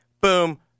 Boom